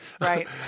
Right